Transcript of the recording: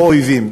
או אויבים.